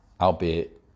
Albeit